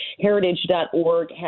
Heritage.org